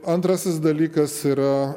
antrasis dalykas yra